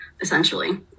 essentially